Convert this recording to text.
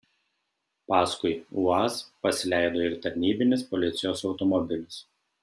paskui uaz pasileido ir tarnybinis policijos automobilis